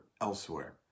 elsewhere